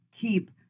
keep